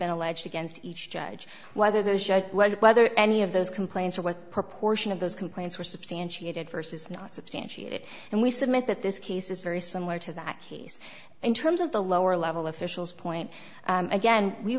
been alleged against each judge whether those whether any of those complaints or what proportion of those complaints were substantiated st is not substantiated and we submit that this case is very similar to that case in terms of the lower level officials point again we